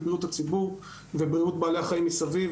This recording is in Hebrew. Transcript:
בריאות הציבור ובריאות בעלי החיים מסביב.